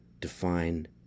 define